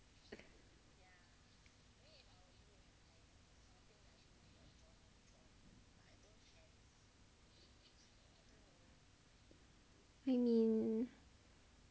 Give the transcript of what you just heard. I mean